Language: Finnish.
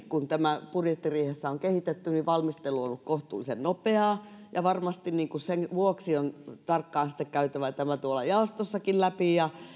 kun tämä budjettiriihessä on kehitetty luonnollisesti myös valmistelu on ollut kohtuullisen nopeaa ja varmasti sen vuoksi on tarkkaan käytävä tämä tuolla jaostossakin läpi ja